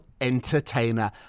entertainer